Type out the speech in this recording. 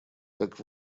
как